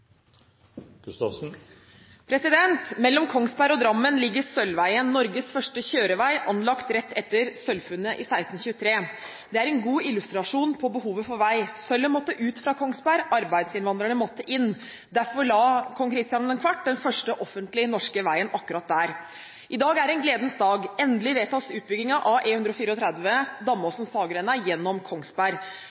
europaveier. Mellom Kongsberg og Drammen ligger Sølvveien, Norges første kjørevei, anlagt rett etter sølvfunnet i 1623. Det er en god illustrasjon på behovet for vei. Sølvet måtte ut fra Kongsberg, arbeidsinnvandrerne måtte inn. Derfor la kong Christian IV den første offentlige norske veien akkurat der. I dag er det en gledens dag. Endelig vedtas utbyggingen av E134, Damåsen–Saggrenda gjennom Kongsberg.